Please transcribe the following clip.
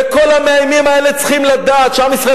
וכל המאיימים האלה צריכים לדעת שעם ישראל